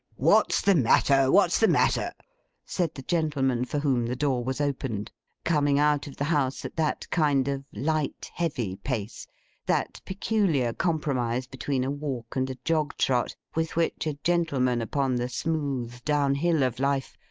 what's the matter, what's the matter said the gentleman for whom the door was opened coming out of the house at that kind of light heavy pace that peculiar compromise between a walk and a jog-trot with which a gentleman upon the smooth down-hill of life,